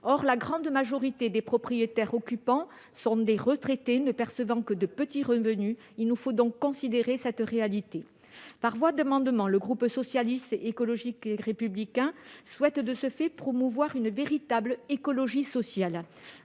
Or la grande majorité des propriétaires occupants sont des retraités ne percevant que de petits revenus. Il nous faut donc considérer cette réalité. Par voie d'amendements, le groupe Socialiste, Écologique et Républicain souhaite, de ce fait, promouvoir une véritable écologie sociale.